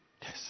Yes